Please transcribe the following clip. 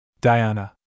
Diana